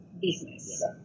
business